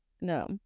No